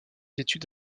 études